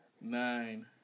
nine